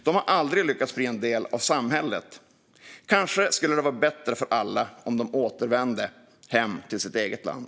De har aldrig lyckats bli en del av samhället. Kanske skulle det vara bättre för alla om de återvände hem till sitt eget land.